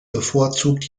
bevorzugt